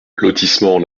lotissement